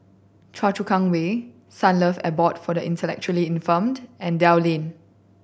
Choa Chu Kang Way Sunlove Abode for the Intellectually Infirmed and Dell Lane